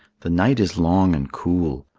the night is long and cool.